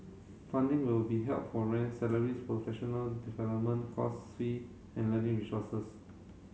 funding will be help for rent salaries professional development course fee and learning resources